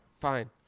Fine